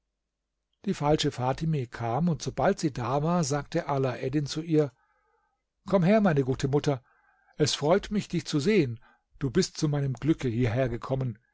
die falsche fatime kam und sobald sie da war sagte alaeddin zu ihr komm her meine gute mutter es freut mich dich zu sehen du bist zu meinem glücke